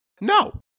No